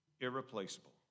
irreplaceable